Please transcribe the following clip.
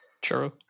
True